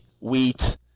wheat